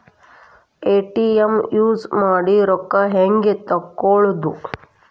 ATM use ಮಾಡಿ ರೊಕ್ಕ ಹೆಂಗೆ ತಕ್ಕೊಳೋದು?